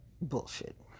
bullshit